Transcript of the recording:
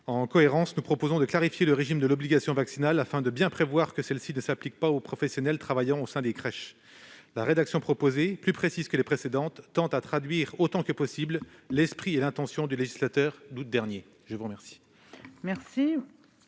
En cohérence, nous proposons de clarifier le régime de l'obligation vaccinale, en disposant que celle-ci ne s'applique pas aux professionnels travaillant au sein des crèches. La rédaction proposée, plus précise que les précédentes, tend à traduire autant que possible l'esprit et l'intention du législateur d'août dernier. Les deux